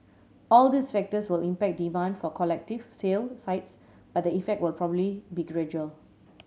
all these factors will impact demand for collective sale sites but the effect will probably be gradual